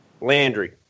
Landry